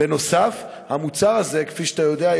נוסף על כך,